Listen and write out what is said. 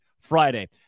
Friday